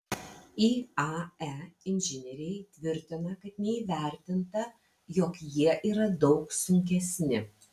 iae inžinieriai tvirtina kad neįvertinta jog jie yra daug sunkesni